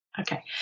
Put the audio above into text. Okay